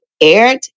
aired